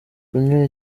kunywa